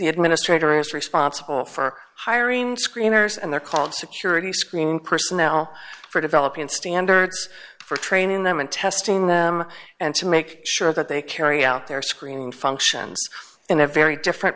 administrator is responsible for hiring screeners and they're called security screening personnel for developing standards for training them and testing them and to make sure that they carry out their screening functions in a very different